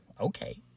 Okay